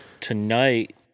tonight